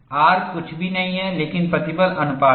R कुछ भी नहीं है लेकिन प्रतिबल अनुपात है